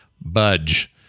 budge